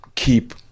keep